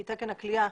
כי תקן הכליאה